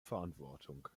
verantwortung